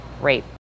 rape